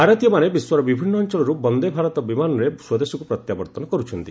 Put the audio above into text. ଭାରତୀୟମାନେ ବିଶ୍ୱର ବିଭିନ୍ନ ଅଞ୍ଚଳରୁ ବନ୍ଦେ ଭାରତ ବିମାନରେ ସ୍ୱଦେଶକୁ ପ୍ରତ୍ୟାବର୍ତ୍ତନ କରୁଛନ୍ତି